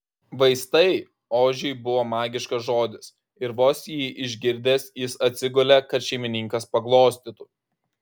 vaistai ožiui buvo magiškas žodis ir vos jį išgirdęs jis atsigulė kad šeimininkas paglostytų